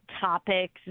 topics